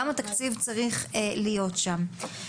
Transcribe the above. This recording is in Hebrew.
גם התקציב צריך להיות שם.